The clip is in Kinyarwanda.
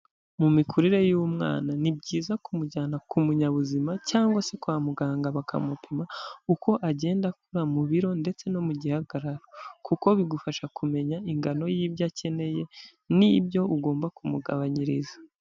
Mu mikurire y'umwana ni byiza kumujyana ku munyabuzima cyangwa se kwa muganga bakamupima, uko agenda akura mu biro ndetse no mu gihagararo, kuko bigufasha kumenya ingano y'ibyo akeneye n'ibyo ugomba kumugabanyiriza.